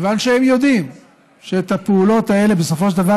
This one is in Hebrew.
הם יודעים שאת הפעולות האלה בסופו של דבר